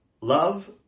Love